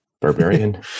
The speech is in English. barbarian